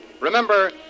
Remember